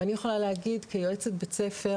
אני יכולה להגיד כיועצת בית ספר,